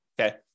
okay